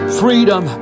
freedom